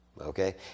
Okay